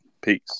Peace